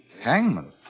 Hangman